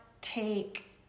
take